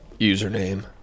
username